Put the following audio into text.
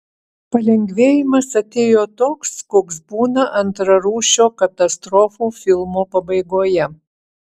palengvėjimas atėjo toks koks būna antrarūšio katastrofų filmo pabaigoje